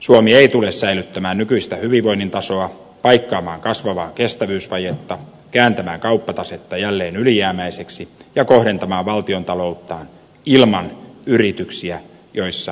suomi ei tule säilyttämään nykyistä hyvinvoinnin tasoa paikkaamaan kasvavaa kestävyysvajetta kääntämään kauppatasetta jälleen ylijäämäiseksi ja kohentamaan valtiontaloutta ilman yrityksiä joissa kasvu tapahtuu